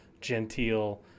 genteel